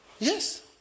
yes